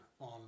on